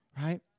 right